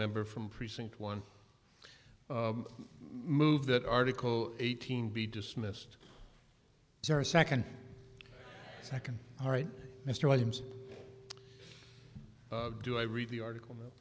member from precinct one move that article eighteen be dismissed or second second all right mr williams do i read the article no